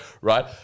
Right